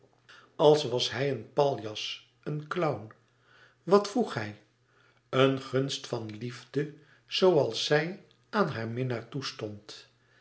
als was hij een paljas een clown wat vroeg hij een gunst van liefde zooals zij aan haar minnaar toestond